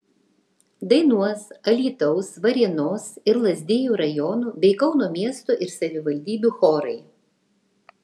dainuos alytaus varėnos ir lazdijų rajonų bei kauno miesto ir savivaldybių chorai